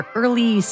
early